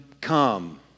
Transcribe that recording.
come